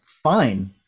fine